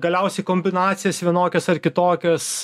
galiausiai kombinacijas vienokias ar kitokias